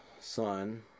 son